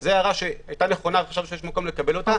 זו הערה שהיתה נכונה וחשבנו שיש מקום לקבלה.